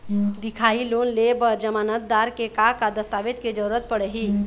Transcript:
दिखाही लोन ले बर जमानतदार के का का दस्तावेज के जरूरत पड़ही?